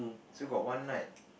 so got one night